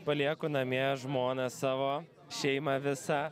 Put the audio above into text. palieku namie žmoną savo šeimą visą